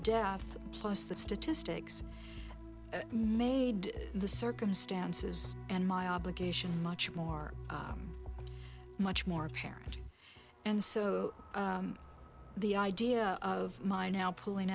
death plus the statistics made the circumstances and my obligation much more much more apparent and so the idea of my now pulling